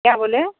क्या बोलें